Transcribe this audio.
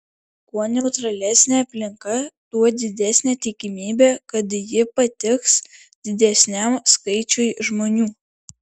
kuo neutralesnė aplinka tuo didesnė tikimybė kad ji patiks didesniam skaičiui žmonių